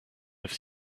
have